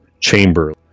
chamber